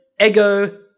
ego